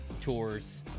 tours